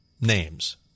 names